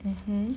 mmhmm